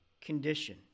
condition